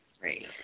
Great